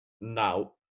now